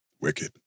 Wicked